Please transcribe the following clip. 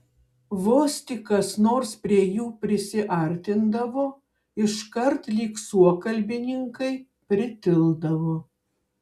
vos tik kas nors prie jų prisiartindavo iškart lyg suokalbininkai pritildavo